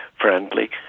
friendly